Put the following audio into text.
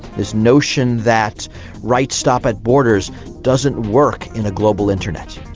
this notion that rights stop at borders doesn't work in a global internet.